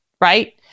right